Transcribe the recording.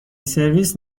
سرویس